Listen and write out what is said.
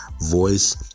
voice